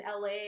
LA